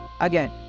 again